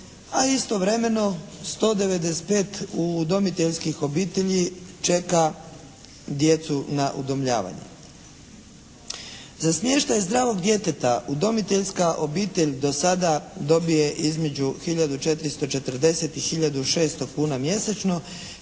a istovremeno 195 udomiteljskih obitelji čeka djecu na udomljavanje. Za smještaj zdravog djeteta udomiteljska obitelj do sada dobije između 1440 i 1600 kuna mjesečno